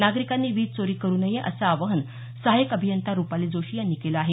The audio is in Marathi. नागरिकांनी वीज चोरी करू नये असं आवाहन सहाय्यक अभियंता रुपाली जोशी यांनी केलं आहे